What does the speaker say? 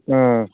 ꯎꯝ